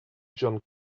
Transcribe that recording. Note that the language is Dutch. jean